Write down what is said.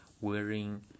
wearing